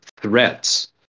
threats